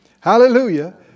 hallelujah